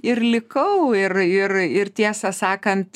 ir likau ir ir ir tiesą sakant